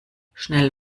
schnell